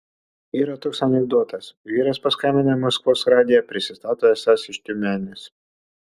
yra toks anekdotas vyras paskambina į maskvos radiją prisistato esąs iš tiumenės